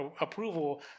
approval